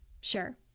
Sure